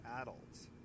adults